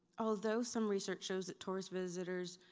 although some research shows that tourist visitors